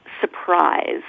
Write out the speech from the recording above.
surprise